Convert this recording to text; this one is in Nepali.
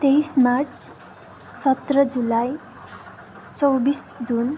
तेइस मार्च सत्र जुलाई चौबिस जुन